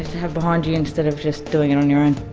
have behind you instead of just doing it on your own.